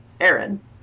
Aaron